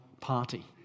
party